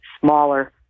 smaller